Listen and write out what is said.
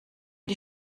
die